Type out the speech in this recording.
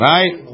Right